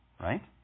right